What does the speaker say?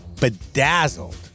bedazzled